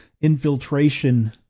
infiltration